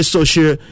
Social